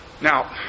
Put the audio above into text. Now